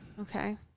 Okay